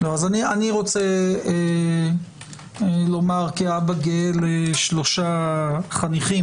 אז אני רוצה לומר כאבא גאה לשלושה חניכים